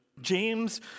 James